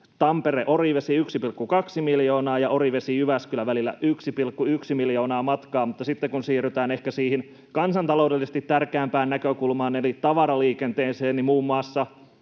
Tampere—Orivesi 1,2 miljoonaa ja Orivesi—Jyväskylä-välillä 1,1 miljoonaa matkaa. Mutta sitten kun siirrytään ehkä siihen kansantaloudellisesti tärkeämpään näkökulmaan eli tavaraliikenteeseen, niin muun muassa